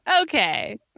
okay